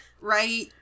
Right